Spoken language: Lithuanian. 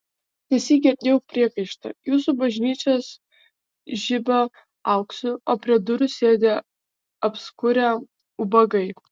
nesyk girdėjau priekaištą jūsų bažnyčios žiba auksu o prie durų sėdi apskurę ubagai